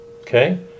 Okay